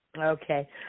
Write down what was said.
Okay